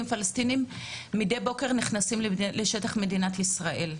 פלסטינים נכנסים מידי בוקר לשטח מדינת ישראל?